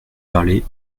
parler